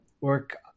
work